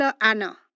Anna